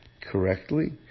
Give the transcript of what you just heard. correctly